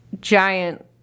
giant